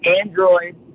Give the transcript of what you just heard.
Android